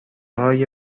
های